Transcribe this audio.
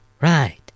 right